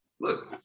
Look